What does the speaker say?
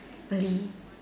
really